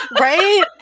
Right